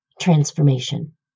transformation